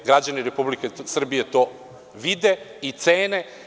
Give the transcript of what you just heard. Građani Republike Srbije to vide i cene.